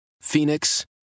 Phoenix